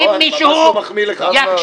אני לא מחמיא לך.